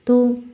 তো